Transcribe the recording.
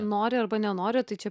nori arba nenori tai čia